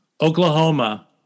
Oklahoma